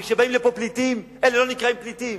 וכשבאים לפה פליטים, אלה לא נקראים פליטים.